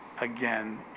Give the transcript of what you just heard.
again